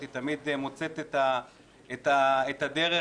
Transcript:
קורה אחת לתקופה,